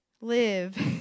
live